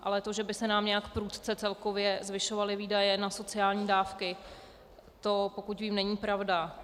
Ale to, že by se nám nějak prudce celkově zvyšovaly výdaje na sociální dávky, to, pokud vím, není pravda.